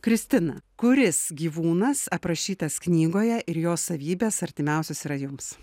kristina kuris gyvūnas aprašytas knygoje ir jo savybės artimiausias yra jums